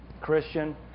Christian